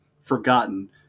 forgotten